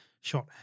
shot